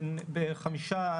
בחמישה,